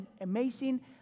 amazing